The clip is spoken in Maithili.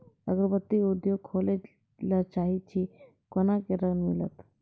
अगरबत्ती उद्योग खोले ला चाहे छी कोना के ऋण मिलत?